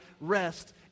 rest